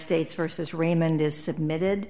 states versus raymond is submitted